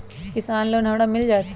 किसान लोन हमरा मिल जायत?